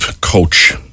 coach